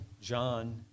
John